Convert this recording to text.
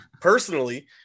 personally